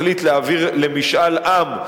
מחליט להעביר למשאל עם,